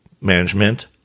management